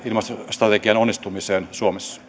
ilmastostrategian onnistumiseen suomessa